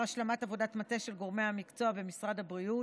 השלמת עבודת מטה של גורמי המקצוע במשרד הבריאות,